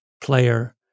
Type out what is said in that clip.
player